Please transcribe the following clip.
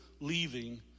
leaving